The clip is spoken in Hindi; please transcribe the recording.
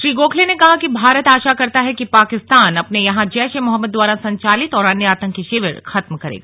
श्री गोखले ने कहा कि भारत आशा करता है कि पाकिस्तान अपने यहां जैश ए मोहम्मद द्वारा संचालित और अन्य आतंकी शिविर खत्म करेगा